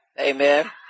amen